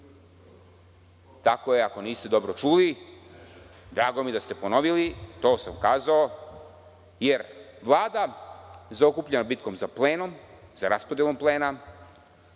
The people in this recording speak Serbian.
trutovi?)Ako niste dobro čuli, drago mi je da ste ponovili, to sam kazao jer Vlada je zaokupljena bitkom za plenom, za raspodelom plena.